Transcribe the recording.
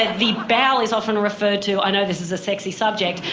and the bowel is often referred to, i know this is a sexy subject,